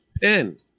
pin